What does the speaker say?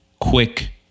quick